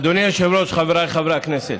אדוני היושב-ראש, חבריי חברי הכנסת,